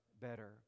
better